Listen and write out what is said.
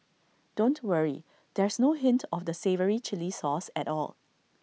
don't worry there's no hint of the savoury Chilli sauce at all